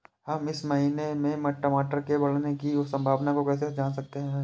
हम इस महीने में टमाटर के बढ़ने की संभावना को कैसे जान सकते हैं?